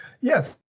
yes